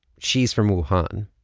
she's from wuhan.